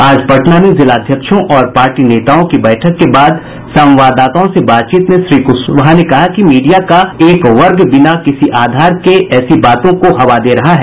आज पटना में जिलाध्यक्षों और पार्टी नेताओं की बैठक के बाद संवाददाताओं से बातचीत में श्री कुशवाहा ने कहा कि मीडिया का एक वर्ग बिना किसी आधार के ऐसी बातों को हवा दे रहा है